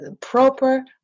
proper